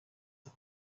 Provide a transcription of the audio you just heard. and